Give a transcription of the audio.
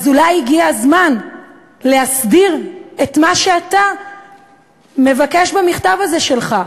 אז אולי הגיע הזמן להסדיר את מה שאתה מבקש במכתב הזה שלך: